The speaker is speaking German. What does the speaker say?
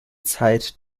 zeit